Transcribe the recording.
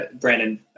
Brandon